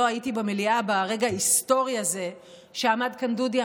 לא הייתי במליאה ברגע ההיסטורי הזה שבו עמד כאן דודי